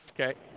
okay